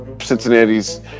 Cincinnati's